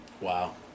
Wow